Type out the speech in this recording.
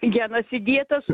genas įdėtas